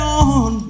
on